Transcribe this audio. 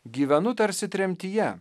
gyvenu tarsi tremtyje